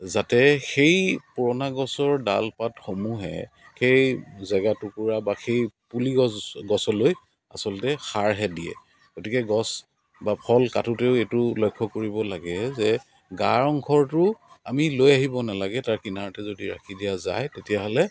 যাতে সেই পুৰণা গছৰ ডাল পাতসমূহে সেই জেগাটুকুৰা বা সেই পুলি গছ গছলৈ আচলতে সাৰহে দিয়ে গতিকে গছ বা ফল কাটোঁতেও এইটো লক্ষ্য কৰিব লাগে যে গাৰ অংশটো আমি লৈ আহিব নেলাগে তাৰ কিনাৰতে যদি ৰাখি দিয়া যায় তেতিয়াহ'লে